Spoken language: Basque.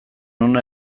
ona